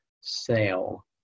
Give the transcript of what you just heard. sale